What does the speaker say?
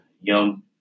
young